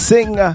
Sing